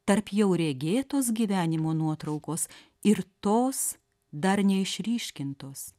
tarp jau regėtos gyvenimo nuotraukos ir tos dar neišryškintos